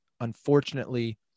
unfortunately